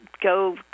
go